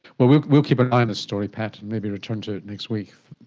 well, we will keep an eye on this story, pat, and maybe return to it next week.